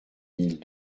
mille